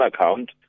account